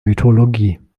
mythologie